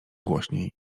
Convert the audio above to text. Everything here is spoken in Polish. głośniej